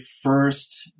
first